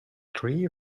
tree